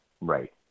right